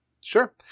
Sure